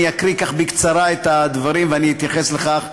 אני אקריא בקצרה את הדברים ואתייחס לכך,